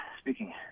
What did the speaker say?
speaking